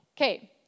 Okay